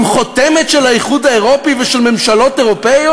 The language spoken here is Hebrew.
עם חותמת של האיחוד האירופי ושל ממשלות אירופיות?